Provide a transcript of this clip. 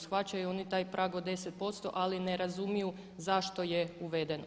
Shvaćaju oni taj prag od 10% ali ne razumiju zašto je uveden.